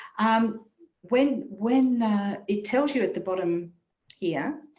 um when when it tells you at the bottom here.